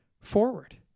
forward